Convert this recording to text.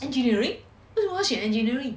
engineering 为什么要选 engineering